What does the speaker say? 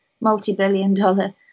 multi-billion-dollar